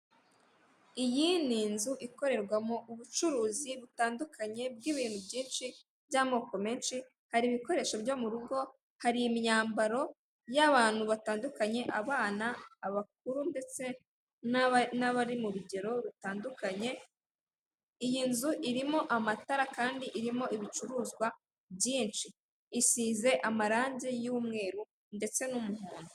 Iyi ni inzu ikorerwamo ubucuruzi butandukanye bw'ibintu byinshi by'amoko menshi, hari ibikoresho byo mu rugo, hari imyambaro y'abantu batandukanye, abana, abakuru ndetse n'abari mu bigero rutandukanye, iyi nzu irimo amatara kandi irimo ibicuruzwa byinshi, isize amarange y'umweru ndetse n'umuhondo.